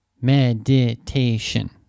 Meditation